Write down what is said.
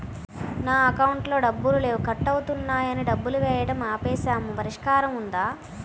నా అకౌంట్లో డబ్బులు లేవు కట్ అవుతున్నాయని డబ్బులు వేయటం ఆపేసాము పరిష్కారం ఉందా?